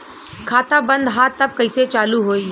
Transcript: खाता बंद ह तब कईसे चालू होई?